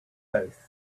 both